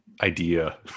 idea